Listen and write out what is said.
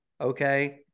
Okay